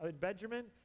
Benjamin